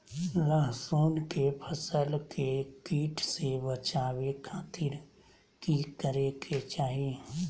लहसुन के फसल के कीट से बचावे खातिर की करे के चाही?